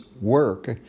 work